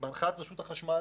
בהנחיית רשות החשמל